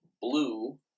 Blue